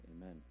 amen